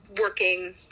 working